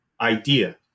idea